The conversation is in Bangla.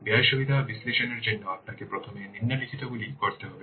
ব্যয় সুবিধা বিশ্লেষণের জন্য আপনাকে প্রথমে নিম্নলিখিতগুলি করতে হবে